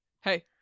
Hey